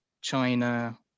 China